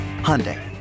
Hyundai